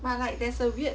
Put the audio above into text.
but like there's a weird